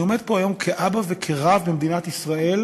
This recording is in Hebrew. אני עומד פה היום כאבא וכרב במדינת ישראל